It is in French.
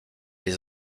les